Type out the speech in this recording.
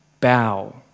bow